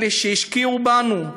אלה שהשקיעו בנו,